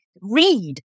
read